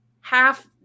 half